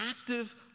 active